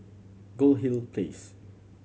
Goldhill Place